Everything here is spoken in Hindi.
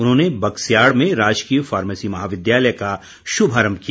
उन्होंने बगस्याड़ में राजकीय फार्मेसी महाविद्यालय का शुभारम्भ किया